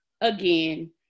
again